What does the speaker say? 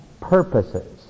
purposes